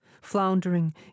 Floundering